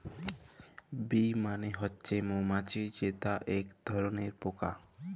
bee মালে হছে মমাছি যেট ইক ধরলের পকা